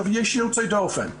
יש יוצא דופן.